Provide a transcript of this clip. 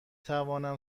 توانم